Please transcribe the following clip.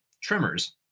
Tremor's